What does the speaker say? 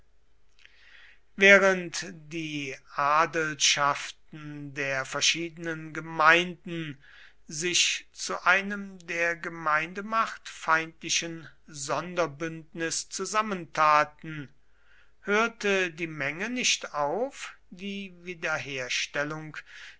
während die adelschaften der verschiedenen gemeinden sich zu einem der gemeindemacht feindlichen sonderbündnis zusammentaten hörte die menge nicht auf die wiederherstellung